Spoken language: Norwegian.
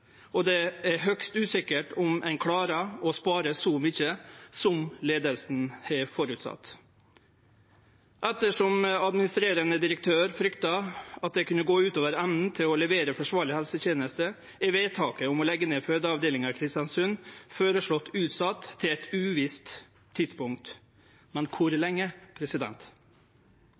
og det er høgst usikkert om ein klarar å spare så mykje som leiinga har føresett. Ettersom administrerande direktør frykta at det kunne gå ut over evna til å levere ei forsvarleg helseteneste, er vedtaket om å leggje ned fødeavdelinga i Kristiansund føreslått utsett til eit uvisst tidspunkt. Men kor lenge?